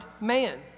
man